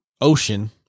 Ocean